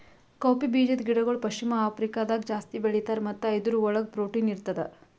cowpea ಬೀಜದ ಗಿಡಗೊಳ್ ಪಶ್ಚಿಮ ಆಫ್ರಿಕಾದಾಗ್ ಜಾಸ್ತಿ ಬೆಳೀತಾರ್ ಮತ್ತ ಇದುರ್ ಒಳಗ್ ಪ್ರೊಟೀನ್ ಇರ್ತದ